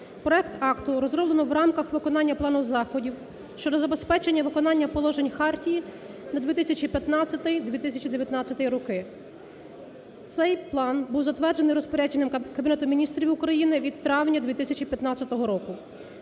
Проект акту розроблено в рамках виконання плану заходів щодо забезпечення і виконання положень хартії на 2015-2019 роки. Цей план був затверджений розпорядженням Кабінету Міністрів України від травня 2015 року.